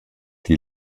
die